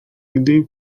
gdy